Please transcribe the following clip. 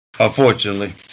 Unfortunately